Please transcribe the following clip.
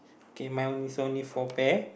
okay my one is only four pair